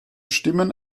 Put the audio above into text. stimmen